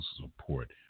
support